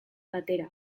batera